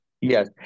Yes